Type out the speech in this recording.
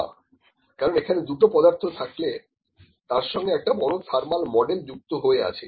না কারণ এখানে দুটো পদার্থ থাকলে তার সঙ্গে একটা বড় থার্মাল মডেল যুক্ত হয়ে আছে